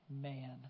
man